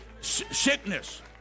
Sickness